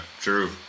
True